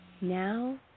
Now